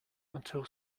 until